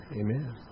Amen